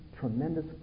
tremendous